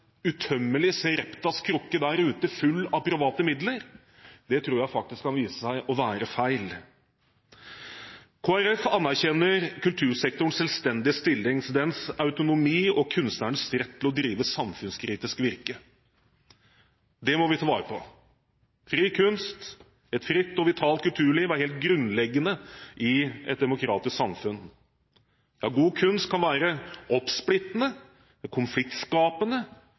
utømmelig Sareptas krukke der ute, full av private midler, tror jeg faktisk kan vise seg å være feil. Kristelig Folkeparti anerkjenner kultursektorens selvstendige stilling, dens autonomi og kunstnerens rett til å drive samfunnskritisk virke. Det må vi ta vare på. Fri kunst, et fritt og vitalt kulturliv, er helt grunnleggende i et demokratisk samfunn. God kunst kan være oppsplittende, konfliktskapende